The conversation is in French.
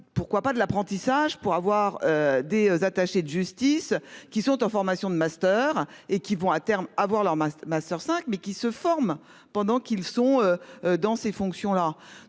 Pourquoi pas de l'apprentissage pour avoir des attachés de justice qui sont en formation de master et qui vont à terme à voir leur ma ma soeur 5 mais qui se forme pendant qu'ils sont. Dans ces fonctions-là.